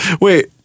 Wait